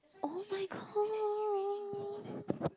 oh-my-god